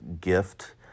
gift